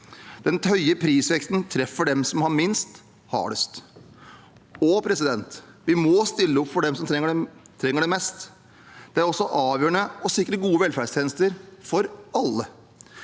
Den høye prisveksten treffer dem som har minst, hardest. Vi må stille opp for dem som trenger det mest. Det er også avgjørende å sikre gode velferdstjenester for alle.